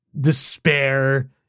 despair